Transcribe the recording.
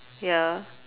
ya